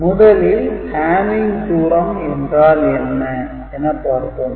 முதலில் "Hamming" தூரம் என்றால் என்ன எனப் பார்ப்போம்